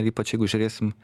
ir ypač jeigu žiūrėsim